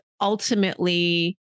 ultimately